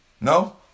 No